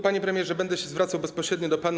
Panie premierze, będę się zwracał bezpośrednio do pana.